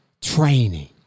training